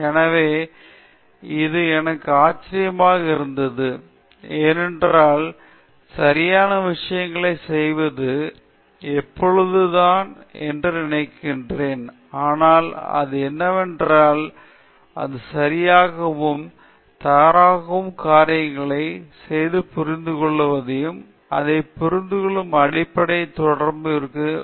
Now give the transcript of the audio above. எனவே இது எனக்கு ஆச்சரியமாக இருந்தது ஏனென்றால் சரியான விஷயங்களைச் செய்வது எப்பொழுதும் தான் என்று நான் நினைத்தேன் ஆனால் அது என்னவென்றால் அது சரியாகவும் தவறான காரியங்களைச் செய்யவும் புரிந்து கொள்ளவும் அதை புரிந்துகொள்ளும் படிப்பை தொடர்கிறது ஒரு சரியான உணர்வு